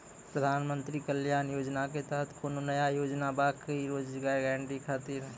प्रधानमंत्री कल्याण योजना के तहत कोनो नया योजना बा का रोजगार गारंटी खातिर?